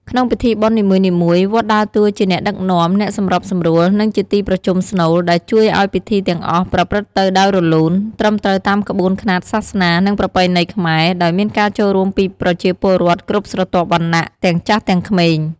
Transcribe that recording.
ក្នុងពិធីបុណ្យនីមួយៗ វត្តដើរតួជាអ្នកដឹកនាំ អ្នកសម្របសម្រួល និងជាទីប្រជុំស្នូល ដែលជួយឲ្យពិធីទាំងអស់ប្រព្រឹត្តទៅដោយរលូន ត្រឹមត្រូវតាមក្បួនខ្នាតសាសនា និងប្រពៃណីខ្មែរ ដោយមានការចូលរួមពីប្រជាពលរដ្ឋគ្រប់ស្រទាប់វណ្ណៈ ទាំងចាស់ទាំងក្មេង។